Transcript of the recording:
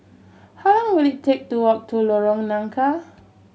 how long will it take to walk to Lorong Nangka